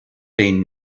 been